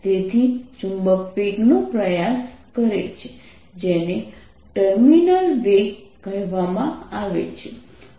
તેથી ચુંબક વેગ નો પ્રયાસ કરે છે જેને ટર્મિનલ વેગ કહેવામાં આવે છે